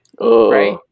right